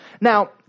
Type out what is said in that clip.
Now